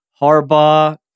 Harbaugh